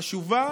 החשובה,